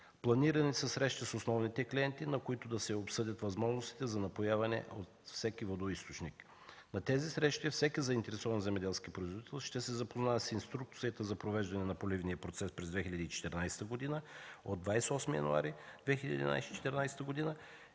Планирани са срещи с основните клиенти, на които да се обсъдят възможностите за напояване от всеки водоизточник. На тези срещи всеки заинтересован земеделски производител ще се запознае с Инструкцията за провеждане на поливния процес през 2014 г. от 28 януари 2014 г.,